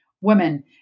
women